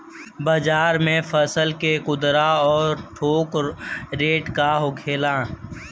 बाजार में फसल के खुदरा और थोक रेट का होखेला?